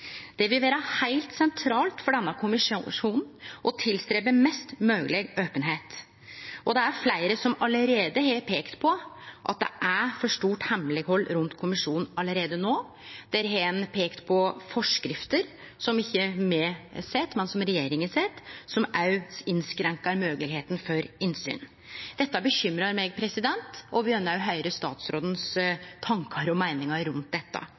Det vil vere heilt sentralt for denne kommisjonen å ta sikte på mest mogeleg openheit. Det er fleire som allereie har peikt på at det er for stort hemmeleghald rundt kommisjonen allereie no. Ein har peikt på forskrifter som ikkje me har sett, men som regjeringa har sett, som òg innskrenkar mogelegheita for innsyn. Dette bekymrar meg, og eg vil gjerne høyre statsråden sine tankar og meiningar om dette.